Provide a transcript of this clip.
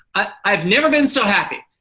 i've never been so happy.